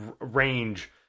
range